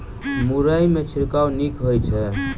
मुरई मे छिड़काव नीक होइ छै?